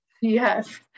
Yes